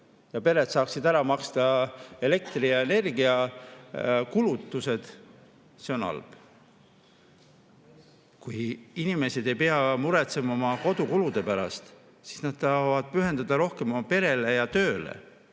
ja pered saaksid ära maksta elektri‑ ja energiakulud – see on halb. Kui inimesed ei pea muretsema oma kodukulude pärast, siis saavad nad pühenduda rohkem oma perele ja tööle.